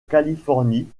californie